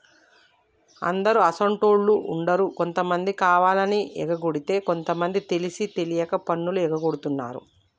అందరు అసోంటోళ్ళు ఉండరు కొంతమంది కావాలని ఎగకొడితే కొంత మంది తెలిసి తెలవక పన్నులు ఎగగొడుతున్నారు